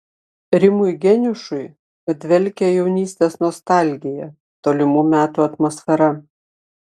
rimui geniušui padvelkia jaunystės nostalgija tolimų metų atmosfera